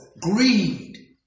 greed